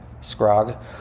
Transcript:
scrog